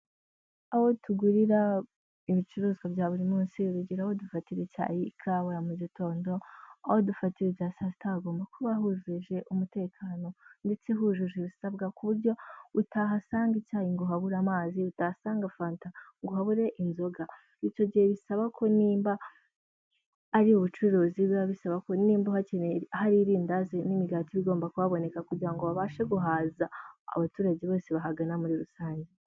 Aho tugurira ibicuruzwa bya buri munsi urugero aho dufatira icyayi, ikawa ya mugitondo. Aho dufatira ibya saa sita hagomba kuba hujeje umutekano ndetse hujuje ibisabwa. Ku buryo utaha usanga icyayi ngo uhabure amazi, utahasanga fanta ngo uhabure inzoga, icyo gihe bisaba ko nimba ari ubucuruzi biba bisaba ko nimba hari irindazi n'imigati iba igomba kuhaboneka kugira ngo babashe guhaza abaturage bose bahagana muri rusange.